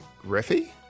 Griffey